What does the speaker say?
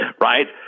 right